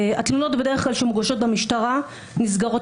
התלונות שמוגשות במשטרה בדרך כלל נסגרות